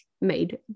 made